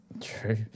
True